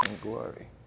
glory